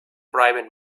bribing